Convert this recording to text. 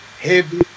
heavy